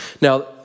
Now